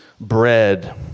bread